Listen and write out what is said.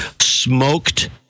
smoked